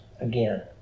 again